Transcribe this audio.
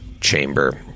chamber